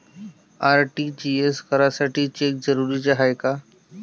RTGS करासाठी cheque जरुरीचा हाय काय?